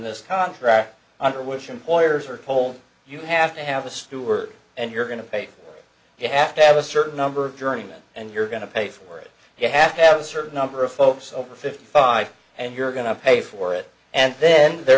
this contract under which employers are told you have to have a steward and you're going to pay you have to have a certain number of journeymen and you're going to pay for it you have to have a certain number of folks over fifty five and you're going to pay for it and then there